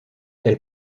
elle